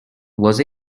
was